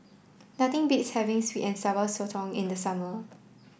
nothing beats having Sweet and Sour Sotong in the summer